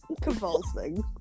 convulsing